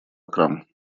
акрам